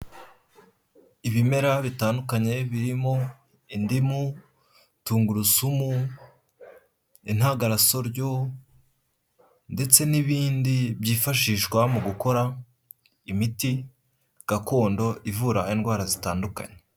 Ibimera bitandukanye birimo indimu, tungurusumu, intagarasoryo, ndetse n'ibindi byifashishwa mu gukora imiti gakondo, ivura indwara zitandukanye.